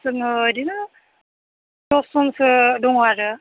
जोङो बिदिनो दस जनसो दङ आरो